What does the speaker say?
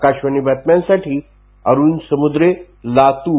आकाशवाणी बातम्यांसाठी अरूण समुद्रे लातूर